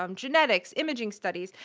um genetics, imaging studies.